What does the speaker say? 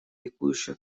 ликующая